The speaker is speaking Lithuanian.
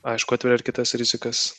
aišku atveria ir kitas rizikas